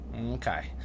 okay